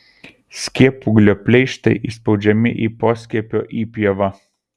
skiepūglio pleištai įspaudžiami į poskiepio įpjovą